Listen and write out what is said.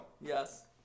Yes